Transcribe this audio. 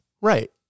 Right